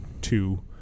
two